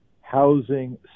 housing